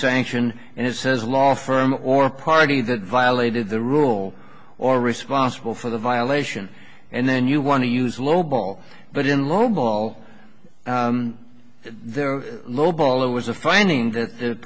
sanctioned and it says law firm or a party that violated the rule or responsible for the violation and then you want to use lowball but in lowball their low ball it was a finding that the